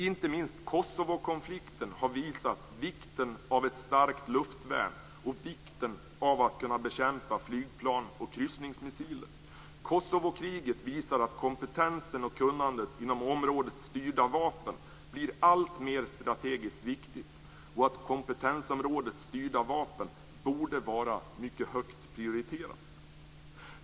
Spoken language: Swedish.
Inte minst Kosovokonflikten har visat vikten av ett starkt luftvärn och vikten av att kunna bekämpa flygplan och kryssningsmissiler. Kosovokriget visar att kompetensen och kunnandet inom området styrda vapen blir alltmer strategiskt viktig och att kompetensområdet styrda vapen borde vara mycket högt prioriterat.